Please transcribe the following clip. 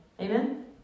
amen